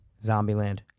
Zombieland